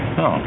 no